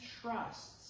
trusts